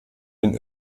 den